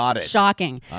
shocking